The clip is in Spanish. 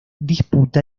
disputa